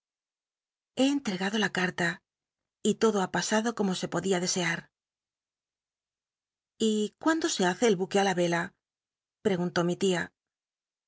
he entregado la carla y todo ha pasado como se podia desea r y cuúndo se hace el buque i la vela pr egunló mi tia